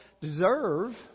deserve